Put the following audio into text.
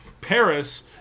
Paris